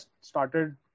started